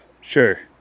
Sure